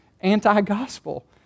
anti-gospel